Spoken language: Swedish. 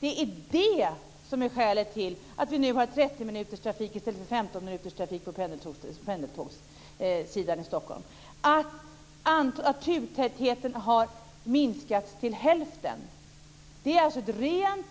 Det är det som är skälet till att det nu är 30-minuterstrafik i stället för 15-minuterstrafik på pendeltågen i Stockholm. Turtätheten har minskat till hälften. Det är ett